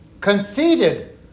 conceited